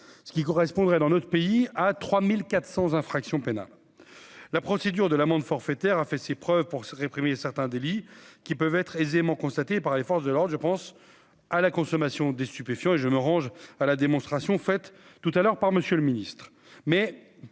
ce qui correspondrait dans notre pays, à 3400 infraction pénale, la procédure de l'amende forfaitaire, a fait ses preuves pour réprimer certains délits qui peuvent être aisément constater par les forces de l'Ordre je pense à la consommation des stupéfiants et je me range à la démonstration faite tout à l'heure par monsieur le Ministre,